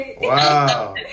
Wow